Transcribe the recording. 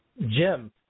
Jim